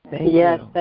Yes